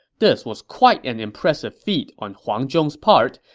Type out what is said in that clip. this was quite an impressive feat on huang zhong's part,